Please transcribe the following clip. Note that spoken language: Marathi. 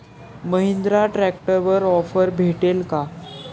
महिंद्रा ट्रॅक्टरवर ऑफर भेटेल का?